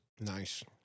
Nice